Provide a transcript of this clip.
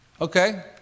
Okay